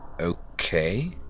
okay